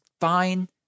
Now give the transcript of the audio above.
fine